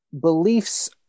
beliefs